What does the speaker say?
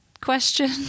question